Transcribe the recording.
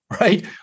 right